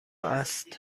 است